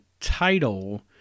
title